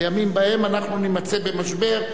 לימים שבהם אנחנו נימצא במשבר,